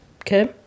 Okay